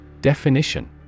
Definition